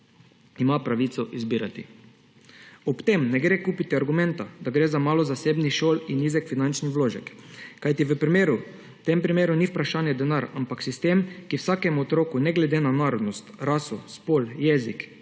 ima pravico izbirati. Ob tem ne gre kupiti argumenta, da gre za malo zasebnih šol in nizek finančni vložek, kajti v tem primeru ni vprašanje denar, ampak sistem, ki vsakemu otroku, ne glede na narodnost, raso, spol, jezik,